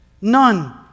None